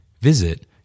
Visit